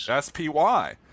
SPY